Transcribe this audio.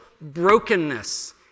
brokenness